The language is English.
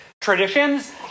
traditions